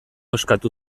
eskatu